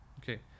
Okay